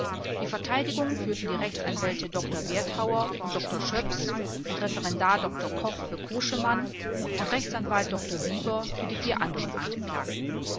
die verteidigung führten die rechtsanwälte dr werthauer und dr schöps und referendar dr koch für koschemann und rechtsanwalt dr bieber für die vier anderen angeklagten